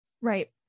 Right